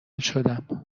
شدم